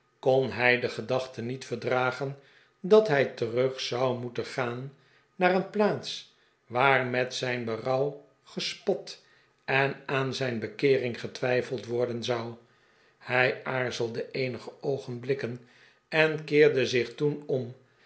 kon hij de gedachte niet verdragen dat hij terug zou moeten gaan naar een plaats waar met zijn berouw gespot en aan zijn bekeering getwijfeld worden zou hij'aarzelde eenige oogenblikken en keerde zich toen om